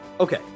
Okay